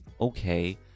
okay